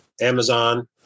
Amazon